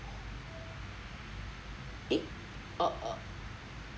eh uh uh